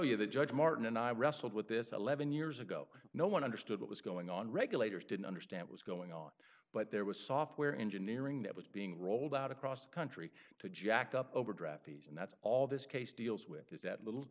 you the judge martin and i wrestled with this eleven years ago no one understood what was going on regulators didn't understand was going on but there was software engineering that was being rolled out across the country to jack up overdraft fees and that's all this case deals with is that little